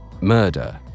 Murder